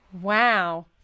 Wow